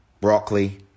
broccoli